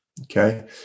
Okay